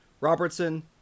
Robertson